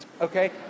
Okay